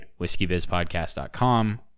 whiskeybizpodcast.com